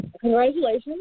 Congratulations